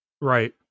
Right